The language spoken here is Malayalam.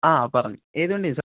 ആഹ് പറഞ്ഞു ഏത് വണ്ടിയാണ് സാർ